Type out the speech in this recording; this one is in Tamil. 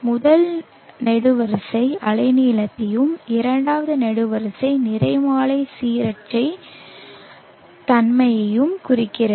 முதல் நெடுவரிசை அலைநீளத்தையும் இரண்டாவது நெடுவரிசை நிறமாலை சீரற்ற தன்மையையும் குறிக்கிறது